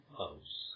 house